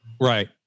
Right